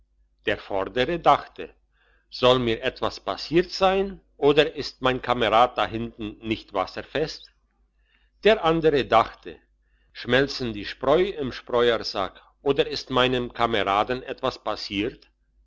der vordere dachte soll mir etwas passiert sein oder ist mein kamerad dahinten nicht wasserfest der andere dachte schmelzen die spreu im spreuersack oder ist meinem kameraden etwas passiert